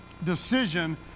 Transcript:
Decision